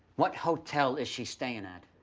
what hotel is she staying at?